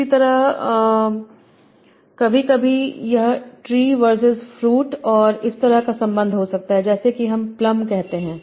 इसी तरह कभी कभी यह ट्री वर्सेज फ्रूट और इस तरह का संबंध हो सकता है जैसे कि हम प्लमकहते हैं